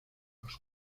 los